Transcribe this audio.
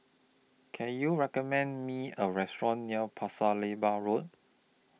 Can YOU recommend Me A Restaurant near Pasir Laba Road